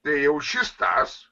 tai jau šis tas